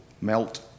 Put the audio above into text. melt